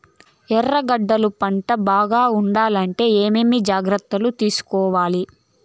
ఎర్రగడ్డలు పంట బాగుండాలంటే ఏమేమి జాగ్రత్తలు తీసుకొవాలి?